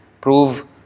prove